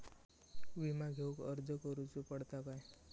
विमा घेउक अर्ज करुचो पडता काय?